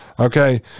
Okay